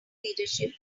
leadership